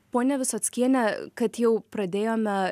ponia visockiene kad jau pradėjome